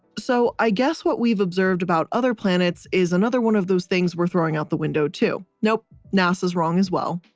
so i guess what we've observed about other planets is another one of those things we're throwing out the window too. nope, nasa's wrong as well.